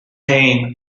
pain